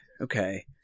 okay